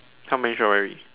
how many strawberries